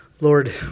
Lord